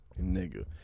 Nigga